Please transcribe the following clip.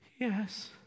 yes